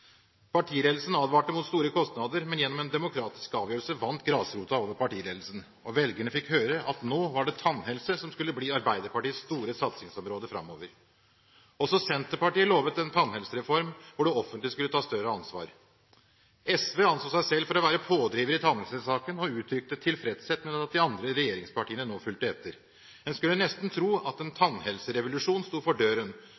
Partiledelsen advarte mot store kostnader, men gjennom en demokratisk avgjørelse vant grasrota over partiledelsen, og velgerne fikk høre at nå var det tannhelse som skulle bli Arbeiderpartiets store satsingsområde framover. Også Senterpartiet lovet en tannhelsereform hvor det offentlige skulle ta større ansvar. SV anså seg selv for å være pådriver i tannhelsesaken og uttrykte tilfredshet med at de andre regjeringspartiene nå fulgte etter. En skulle nesten tro at en